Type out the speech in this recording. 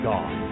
God